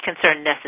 concerned